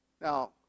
Now